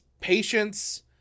patience